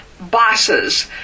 bosses